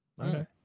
okay